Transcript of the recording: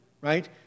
right